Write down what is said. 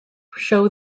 show